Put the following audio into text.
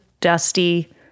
dusty